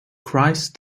christ